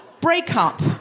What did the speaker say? breakup